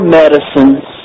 medicines